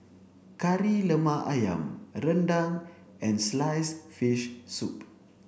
Kari Lemak Ayam Rendang and sliced fish soup